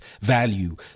value